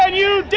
and you